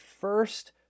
first